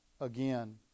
again